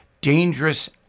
dangerous